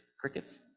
crickets